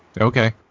Okay